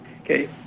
Okay